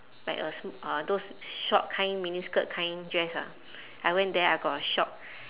like a sm~ uh those short kind mini skirt kind dress ah I went there I got a shock